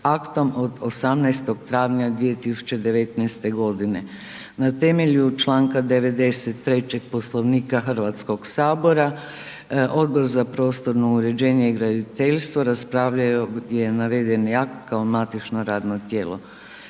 aktom od 18. travnja 2019. godine. Na temelju Članka 93. Poslovnika Hrvatskog sabora, Odbor za prostorno uređenje i graditeljstvo raspravljao je ovdje navedeni akt kao matično radno tijelo.